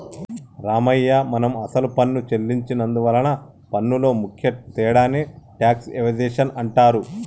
రామయ్య మనం అసలు పన్ను సెల్లించి నందువలన పన్నులో ముఖ్య తేడాని టాక్స్ ఎవేజన్ అంటారు